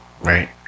right